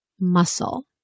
muscle